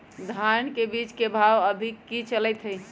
धान के बीज के भाव अभी की चलतई हई?